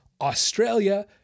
Australia